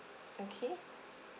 okay